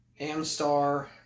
Amstar